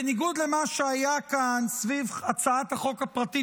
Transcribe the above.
בניגוד למה שהיה כאן סביב הצעת החוק הפרטית